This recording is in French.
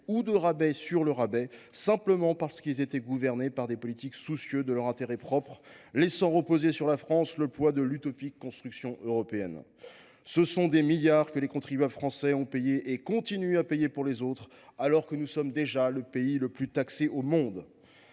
ou d’un rabais sur le rabais, simplement parce qu’ils étaient gouvernés par des politiques soucieux de leur intérêt propre, laissant reposer sur la France le poids de l’utopique construction européenne. Ce sont des milliards d’euros que les contribuables français ont payé et continuent à payer pour les autres, alors que nous sommes déjà le pays le plus taxé au monde